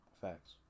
Facts